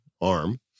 arm